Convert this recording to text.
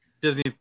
Disney